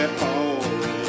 home